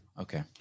Okay